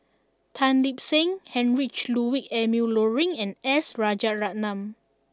Tan Lip Seng Heinrich Ludwig Emil Luering and S Rajaratnam